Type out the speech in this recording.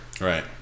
Right